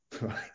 Right